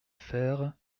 fère